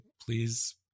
please